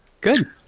Good